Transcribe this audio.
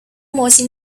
模型